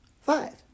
Five